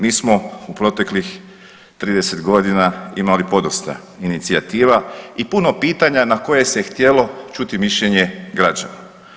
Mi smo u proteklih 30 godina imali podosta inicijativa i puno pitanja na koje se htjelo čuti mišljenje građana.